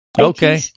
Okay